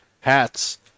hats